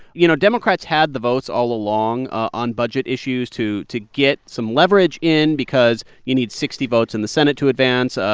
you know, democrats had the votes all along on budget issues to to get some leverage in because you need sixty votes in the senate to advance.